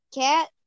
Cat